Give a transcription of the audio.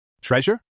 Treasure